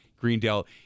Greendale